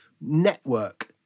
network